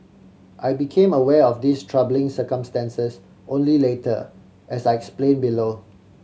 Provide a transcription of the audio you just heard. I became aware of these troubling circumstances only later as I explain below